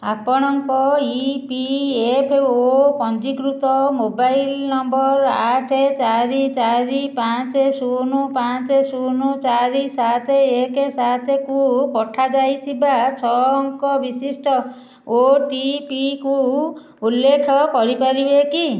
ଆପଣଙ୍କ E P F O ପଞ୍ଜୀକୃତ mobile number ଆଠ ଚାରି ଚାରି ପାଞ୍ଚ ଶୂନ ପାଞ୍ଚ ଶୂନ ଚାରି ସାତ ଏକ ସାତ କୁ ପଠାଯାଇଥିବା ଛଅ ଅଙ୍କ ବିଶିଷ୍ଟ ଓ ଟି ପି କୁ ଉଲ୍ଲେଖ କରିପାରିବେ